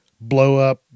blow-up